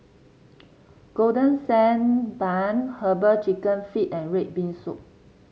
Golden Sand Bun herbal chicken feet and red bean soup